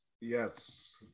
Yes